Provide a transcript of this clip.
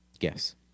Yes